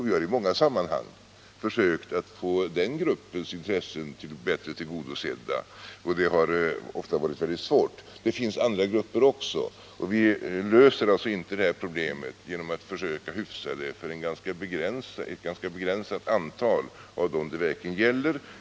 Vi har i många sammanhang försökt få den gruppens intressen bättre tillgodosedda, och det har ofta varit väldigt svårt. Det finns också andra grupper. Vi löser alltså inte de här problemen genom att försöka hyfsa situationen för ett ganska begränsat antal av dem det verkligen gäller.